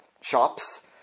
shops